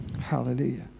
Hallelujah